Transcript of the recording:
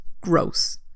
Gross